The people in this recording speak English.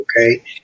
Okay